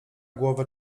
głowa